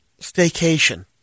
staycation